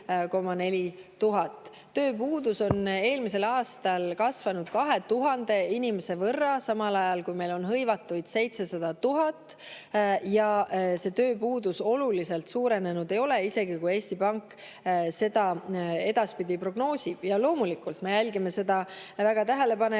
Tööpuudus on eelmisel aastal kasvanud 2000 inimese võrra, samal ajal kui meil on hõivatuid 700 000, ja see tööpuudus oluliselt suurenenud ei ole, isegi kui Eesti Pank seda edaspidi prognoosib. Loomulikult, me jälgime seda väga tähelepanelikult